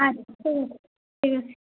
আচ্ছা ঠিক আছে ঠিক আছে